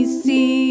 see